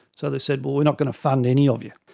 so they said, well, we're not going to fund any of you.